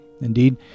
Indeed